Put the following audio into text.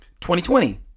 2020